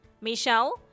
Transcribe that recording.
michelle